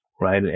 right